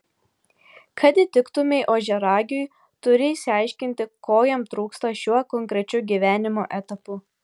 kad įtiktumei ožiaragiui turi išsiaiškinti ko jam trūksta šiuo konkrečiu gyvenimo etapu